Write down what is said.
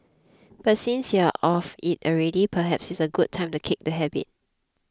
but since you are off it already perhaps it's a good time to kick the habit